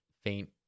faint